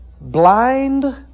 blind